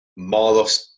marlos